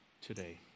today